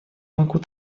могу